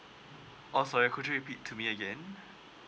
oh sorry could you repeat to me again